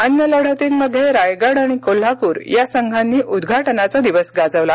अन्य लढतींमध्ये रायगड आणि कोल्हापूर या संघांनी उदघाटनाचा दिवस गाजवला